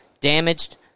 damaged